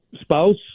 spouse